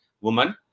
woman